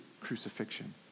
crucifixion